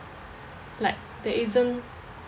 like there isn't